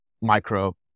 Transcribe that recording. micro